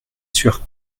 sûr